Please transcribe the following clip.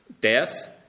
Death